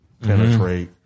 penetrate